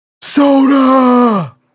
Soda